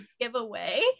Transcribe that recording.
giveaway